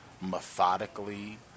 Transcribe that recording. methodically